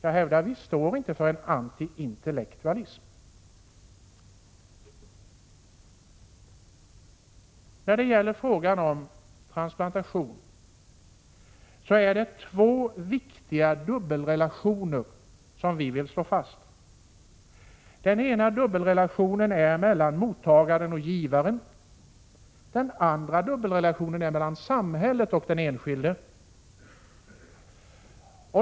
Jag hävdar att vi inte står för någon antiintellektualism. I fråga om transplantation är det två viktiga dubbelrelationer vi vill slå fast. Den ena är dubbelrelationen mellan mottagare och givare, den andra den mellan samhället och den enskilde.